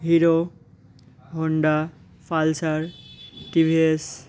Hero Honda pulsar TVS